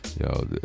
Yo